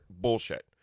bullshit